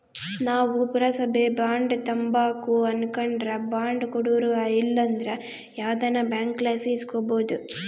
ನಾವು ಪುರಸಬೇದು ಬಾಂಡ್ ತಾಂಬಕು ಅನಕಂಡ್ರ ಬಾಂಡ್ ಕೊಡೋರು ಇಲ್ಲಂದ್ರ ಯಾವ್ದನ ಬ್ಯಾಂಕ್ಲಾಸಿ ಇಸ್ಕಬೋದು